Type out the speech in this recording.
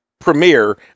premiere